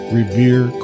revere